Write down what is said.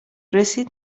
رسید